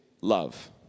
love